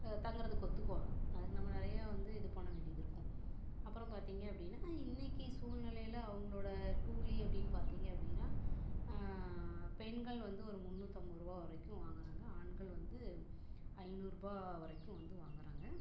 தங்குறதுக்கு ஒத்துக்குவாங்க அதுக்கு நம்ம நிறையா வந்து இது பண்ண வேண்டியது இருக்கும் அப்புறம் பார்த்திங்க அப்படின்னா இன்னைக்கு சூழ்நெலையில அவங்களோட கூலி அப்படின்னு பார்த்திங்க அப்படின்னா பெண்கள் வந்து ஒரு முந்நூற்று ஐம்பது ரூபா வரைக்கும் வாங்குகிறாங்க ஆண்கள் வந்து ஐந்நூறுபா வரைக்கும் வந்து வாங்குகிறாங்க